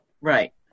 Right